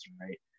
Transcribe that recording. right